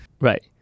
right